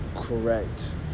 correct